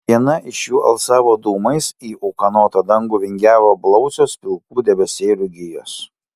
viena iš jų alsavo dūmais į ūkanotą dangų vingiavo blausios pilkų debesėlių gijos